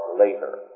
later